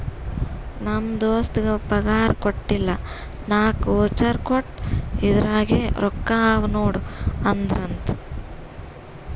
ನಮ್ ದೋಸ್ತಗ್ ಪಗಾರ್ ಕೊಟ್ಟಿಲ್ಲ ನಾಕ್ ವೋಚರ್ ಕೊಟ್ಟು ಇದುರಾಗೆ ರೊಕ್ಕಾ ಅವಾ ನೋಡು ಅಂದ್ರಂತ